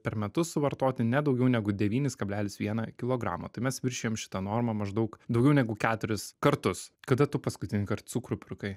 per metus suvartoti ne daugiau negu devynis kablelis vieną kilogramą tai mes viršijam šitą normą maždaug daugiau negu keturis kartus kada tu paskutinį kart cukrų pirkai